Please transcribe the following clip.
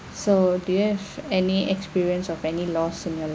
so do you have any experience of any loss in your